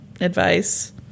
advice